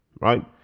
right